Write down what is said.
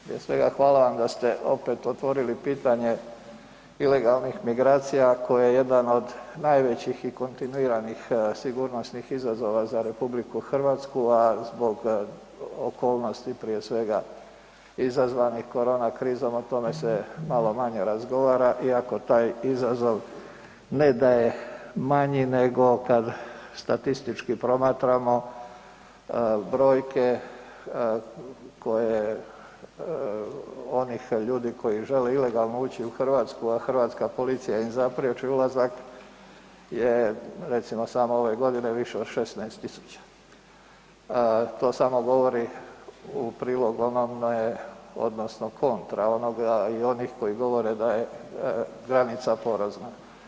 Prije svega, hvala vam da ste opet otvorili pitanje ilegalnih migracija koje je jedan od najvećih i kontinuiranih sigurnosnih izazova za RH a zbog okolnosti prije svega izazvanih korona krizom, o tome se malo manje razgovara iako taj izazov ne daje manji nego kad statistički promatramo brojke onih ljudi koji žele ilegalno ući u Hrvatsku a hrvatska policija im zapriječi ulazak je recimo samo ove godine više od 16 000. to samo govori u prilog onome odnosno kontra onoga i onih koji govore da je granica porazna.